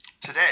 today